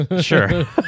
Sure